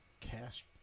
cash